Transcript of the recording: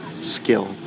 skill